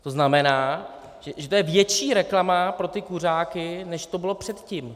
To znamená, že to je větší reklama pro kuřáky, než to bylo předtím.